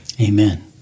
Amen